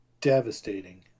devastating